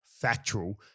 factual